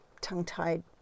tongue-tied